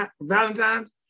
Valentine's